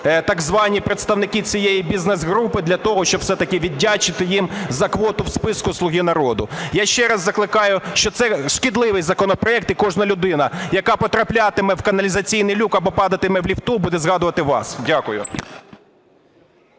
так звані представники цієї бізнес-групи для того, щоб все-таки віддячити їм за квоту в списку "Слуги народу". Я ще раз закликаю, що це шкідливий законопроект, і кожна людина, яка потраплятиме в каналізаційний люк або падатиме в ліфту, буде згадувати вас. Дякую.